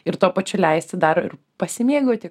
ir tuo pačiu leisti dar pasimėgauti